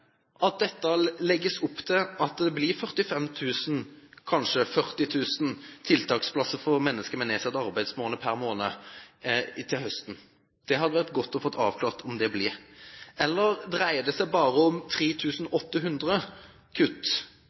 Legges det opp til at det blir 45 000, kanskje 40 000, tiltaksplasser for mennesker med nedsatt arbeidsevne per måned til høsten? Det hadde vært godt å få avklart om det blir slik. Eller dreier det seg bare om kutt